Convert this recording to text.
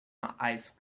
ice